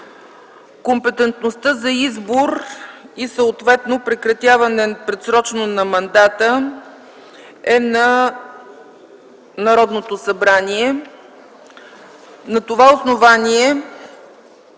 Компетентността за избор и съответно за предсрочно прекратяване на мандата е на Народното събрание.